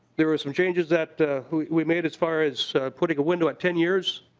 there are some changes that we made as far as putting a window at ten years